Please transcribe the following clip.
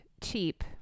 cheap